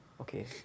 Okay